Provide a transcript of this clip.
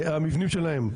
המבנים שלהם.